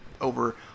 Over